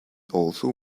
also